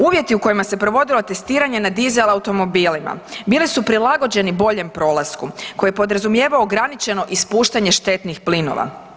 Uvjeti u kojima su se provodila testiranja na disel automobilima bili su prilagođeni boljem prolasku koje je podrazumijevao ograničeno ispuštanje štetnih plinova.